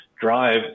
drive